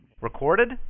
Recorded